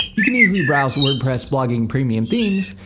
you can easily browse wordpress blogging premium themes.